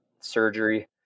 surgery